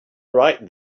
right